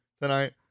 tonight